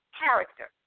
character